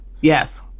Yes